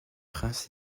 prince